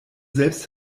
selbst